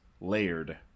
layered